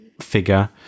figure